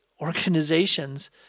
organizations